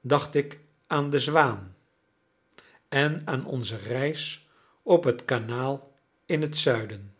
dacht ik aan de zwaan en aan onze reis op het kanaal in het zuiden